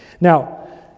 Now